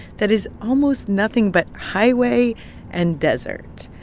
that is almost nothing but highway and desert.